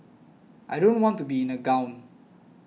I don't want to be in a gown